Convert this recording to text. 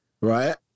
right